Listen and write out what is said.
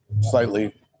slightly